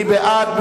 מי בעד?